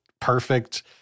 perfect